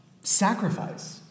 sacrifice